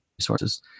resources